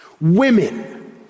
Women